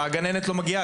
הגננת לא מגיעה?